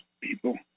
people